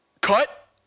Cut